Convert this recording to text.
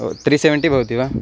ओ त्रि सेवेन्टि भवति वा